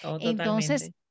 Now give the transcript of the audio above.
Entonces